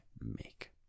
make